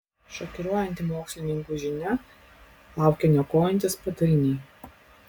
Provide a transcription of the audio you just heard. šokiruojanti mokslininkų žinia laukia niokojantys padariniai